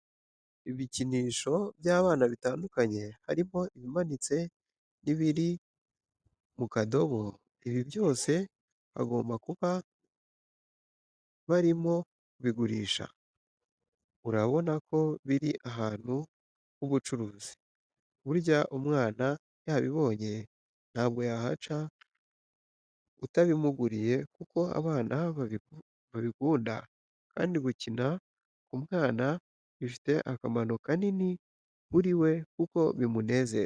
Ibikinisho by'abana bitandukanye harimo ibimanitse n'ibiri mu kadobo, ibi byose hagomba kuba barimo kubigurisha, urabona ko biri ahantu h'ubucuruzi. Burya umwana yabibonye ntabwo yahaca utabimuguriye kuko abana babikunda kandi gukina k'umwana bifite akamaro kanini kuri we kuko bimunezeza.